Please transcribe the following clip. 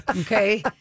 Okay